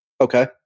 Okay